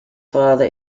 father